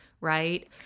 right